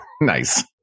Nice